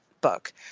book